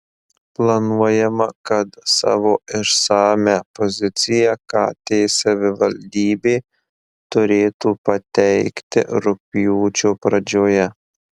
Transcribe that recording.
planuojama kad savo išsamią poziciją kt savivaldybė turėtų pateikti rugpjūčio pradžioje